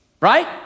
Right